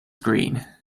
green